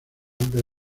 del